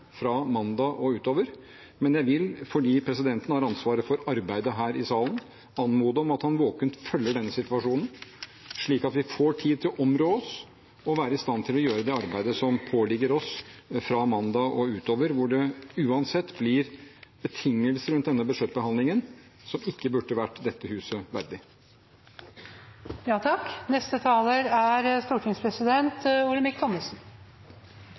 fra mandag og utover. Men jeg vil, fordi presidenten har ansvaret for arbeidet her i salen, anmode om at han våkent følger denne situasjonen, slik at vi får tid til å områ oss og være i stand til å gjøre det arbeidet som påligger oss, fra mandag og utover – hvor det uansett blir betingelser rundt denne budsjettbehandlingen som ikke burde vært dette huset